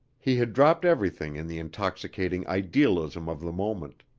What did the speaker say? he had dropped everything in the intoxicating idealism of the moment,